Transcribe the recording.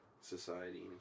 society